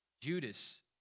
Judas